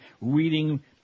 reading